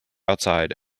outside